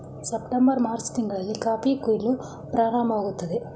September March ತಿಂಗಳಲ್ಲಿ coffee ಕುಯಿಲು ಪ್ರಾರಂಭವಾಗುತ್ತದೆ